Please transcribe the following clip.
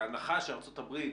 בהנחה שארצות הברית,